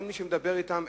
אין מי שמדבר אתם,